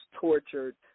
tortured